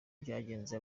byagenze